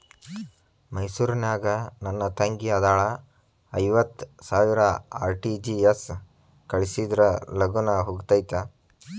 ಮೈಸೂರ್ ನಾಗ ನನ್ ತಂಗಿ ಅದಾಳ ಐವತ್ ಸಾವಿರ ಆರ್.ಟಿ.ಜಿ.ಎಸ್ ಕಳ್ಸಿದ್ರಾ ಲಗೂನ ಹೋಗತೈತ?